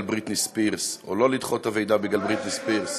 בריטני ספירס או שלא לדחות את הוועידה בגלל בריטני ספירס,